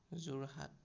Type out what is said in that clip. Jorhat